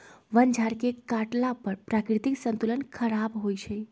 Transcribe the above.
वन झार के काटला पर प्राकृतिक संतुलन ख़राप होइ छइ